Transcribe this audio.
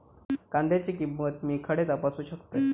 कांद्याची किंमत मी खडे तपासू शकतय?